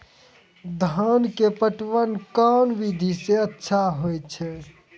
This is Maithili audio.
धान के पटवन कोन विधि सै अच्छा होय छै?